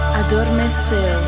adormeceu